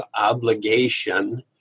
obligation